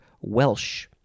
Welsh